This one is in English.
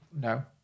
no